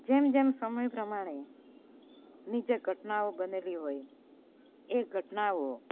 જેમ જેમ સમય પ્રમાણે ની જે ઘટનાઓ બનેલી હોય એ ઘટનાઓ